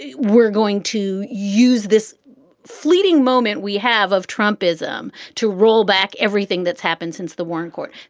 yeah we're going to use this fleeting moment we have of trump ism to roll back everything that's happened since the warren court.